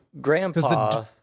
grandpa